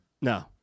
No